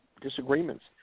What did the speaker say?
disagreements